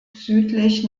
südlich